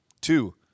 Two